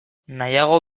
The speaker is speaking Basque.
nahiago